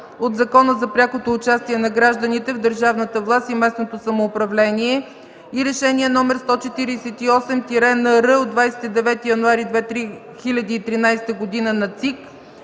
от Закона за прякото участие на гражданите в държавната власт и местното самоуправление и Решение № 148-НР от 29 януари 2013 г. на ЦИК,